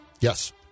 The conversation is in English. Yes